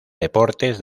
deportes